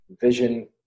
vision